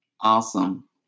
Awesome